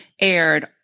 aired